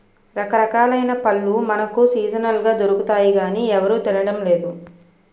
రకరకాలైన పళ్ళు మనకు సీజనల్ గా దొరుకుతాయి గానీ ఎవరూ తినడం లేదు